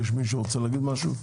יש מישהו שרוצה להגיד משהו?